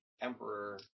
emperor